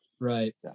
Right